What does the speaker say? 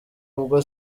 ubwa